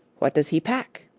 what does he pack?